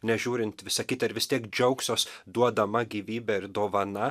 nežiūrint visa kita ir vis tiek džiaugsiuos duodama gyvybe ir dovana